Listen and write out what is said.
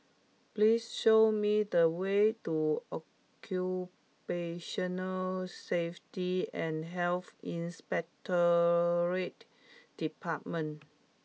please show me the way to Occupational Safety and Health Inspectorate Department